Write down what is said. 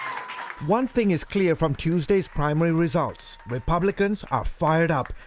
one thing is clear from tuesday's primary results, republicans are fired up,